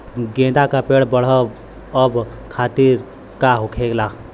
गेंदा का पेड़ बढ़अब खातिर का होखेला?